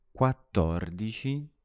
quattordici